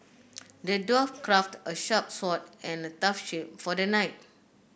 the dwarf craft a sharp sword and a tough shield for the knight